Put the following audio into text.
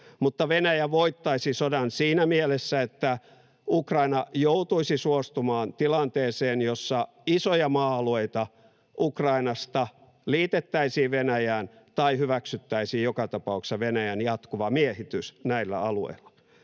Mutta Venäjä voittaisi sodan siinä mielessä, että Ukraina joutuisi suostumaan tilanteeseen, jossa isoja maa-alueita Ukrainasta liitettäisiin Venäjään tai hyväksyttäisiin joka tapauksessa Venäjän jatkuva miehitys näillä alueilla.